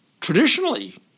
traditionally